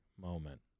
moment